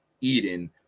eden